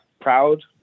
proud